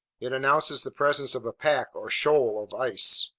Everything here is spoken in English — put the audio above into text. it announces the presence of a pack, or shoal, of ice.